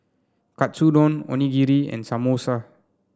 Katsudon Onigiri and Samosa